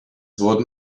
wurden